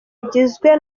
ugizwe